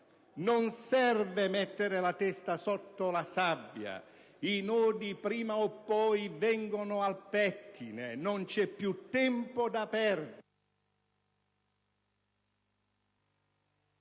Non serve mettere la testa sotto la sabbia: i nodi, prima o poi, vengono al pettine. Non c'è più tempo da perdere,